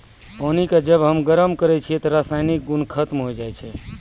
पानी क जब हम गरम करै छियै त रासायनिक गुन खत्म होय जाय छै